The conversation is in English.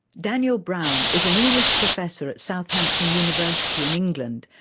daniel brown is an english professor at southampton university in england,